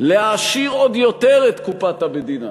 להעשיר עוד יותר את קופת המדינה